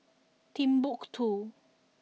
Timbuk Two